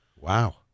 Wow